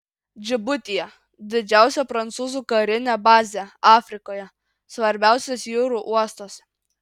džibutyje didžiausia prancūzų karinė bazė afrikoje svarbiausias jūrų uostas